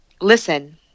listen